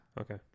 Okay